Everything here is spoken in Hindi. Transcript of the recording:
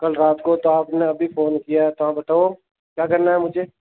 कल रात को तो आपने अभी फ़ोन किया है तो हाँ बताओ क्या करना है मुझे